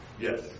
Yes